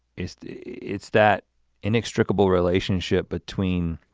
it's the it's that inextricable relationship between